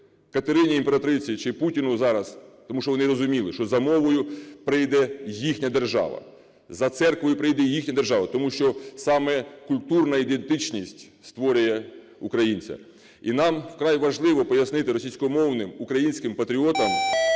Катерині імператриці чи Путіну зараз? Тому що вони розуміли, за мовою прийде їхня держава, за церквою прийде їхня держава, тому що саме культурна ідентичність створює українця. І нам вкрай важливо пояснити російськомовним українським патріотам